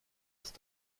ist